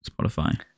Spotify